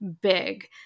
big